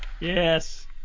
Yes